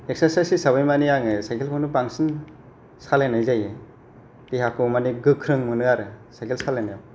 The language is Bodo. एक्सारसाइस हिसाबै माने आङो साइकेल खौनो बांसिन सालायनाय जायो देहाखौ माने गोख्रों मोनो आरो साइकेल सालायनायाव